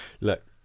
Look